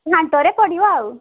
ଘାଣ୍ଟରେ ପଡ଼ିବ ଆଉ